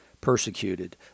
persecuted